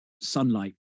sunlight